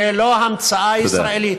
זה לא המצאה ישראלית,